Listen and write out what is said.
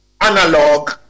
analog